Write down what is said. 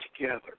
together